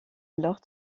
alors